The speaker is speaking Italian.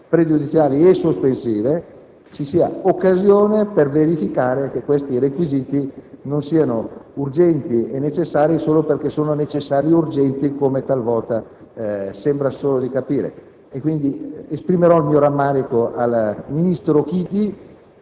pregiudiziali e sospensive, ci sarà l'occasione per verificare se tali requisiti non siano urgenti e necessari solo perché sono urgenti e necessari, come talvolta sembra di capire. Pertanto, esprimerò il mio rammarico al ministro Chiti,